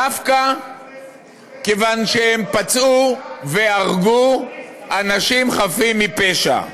דווקא כיוון שהם פצעו והרגו אנשים חפים מפשע.